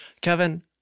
Kevin